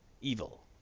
evil